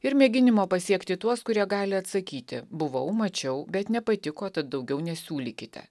ir mėginimo pasiekti tuos kurie gali atsakyti buvau mačiau bet nepatiko tad daugiau nesiūlykite